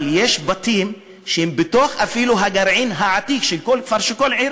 אבל יש בתים שהם בתוך הגרעין העתיק של כל כפר וכל עיר